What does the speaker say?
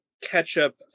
ketchup